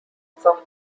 soft